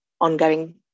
ongoing